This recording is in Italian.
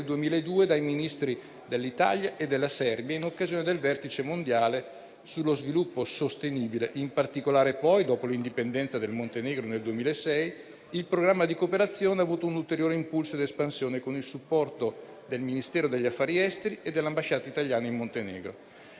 2002 dai Ministri dell'Italia e della Serbia in occasione del Vertice mondiale sullo sviluppo sostenibile. In particolare, poi, dopo l'indipendenza del Montenegro nel 2006, il programma di cooperazione ha avuto un ulteriore impulso di espansione, con il supporto del Ministero degli affari esteri e dell'ambasciata italiana in Montenegro.